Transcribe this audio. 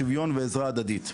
שוויון ועזרה הדדית,